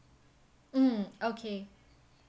mm okay